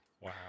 Wow